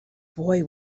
boy